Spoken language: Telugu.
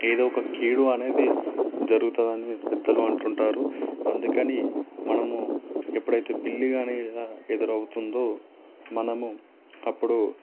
ఏదో ఒక కీడు అనేది జరుగుతుందని పెద్దలు అంటుంటారు అందుకని మనము ఎప్పుడైతే పిల్లి కాని ఎదురవుతుందో మనము అప్పుడు